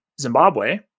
Zimbabwe